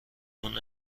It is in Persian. اون